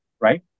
right